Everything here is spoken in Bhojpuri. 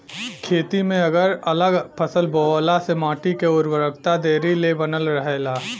खेती में अगल अलग फसल बोअला से माटी के उर्वरकता देरी ले बनल रहेला